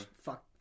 fuck